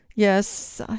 Yes